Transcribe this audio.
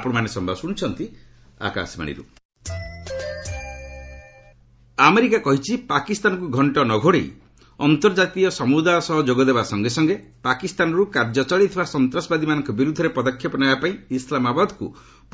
US ଚୀନ୍ Pak America କହିଛି ପାକିସ୍ତାନକୁ ଘଣ୍ଟ ନ ଘୋଡେଇ ଅନ୍ତର୍ଜାତୀୟ ସମୁଦାୟ ସହ ଯୋଗଦେବା ସଙ୍ଗେ ସଙ୍ଗେ ପାକିସ୍ତାନରୁ କାର୍ଯ୍ୟ ଚଳାଇଥିବା ସନ୍ତାସବାଦୀମାନଙ୍କ ବିରୁଦ୍ଧରେ ପଦକ୍ଷେପ ନେବାପାଇଁ ଇସ୍ଲାମାବାଦକୁ